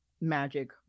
magic